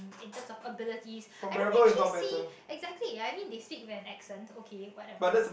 in terms of abilities I don't actually exactly I mean they sick and absent okay whatever